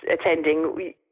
attending